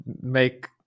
make